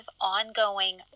ongoing